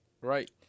Right